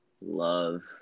Love